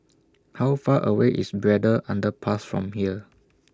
How Far away IS Braddell Underpass from here